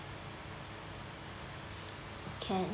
can